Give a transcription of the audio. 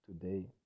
today